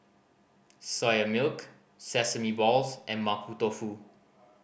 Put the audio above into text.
Soya Milk sesame balls and Mapo Tofu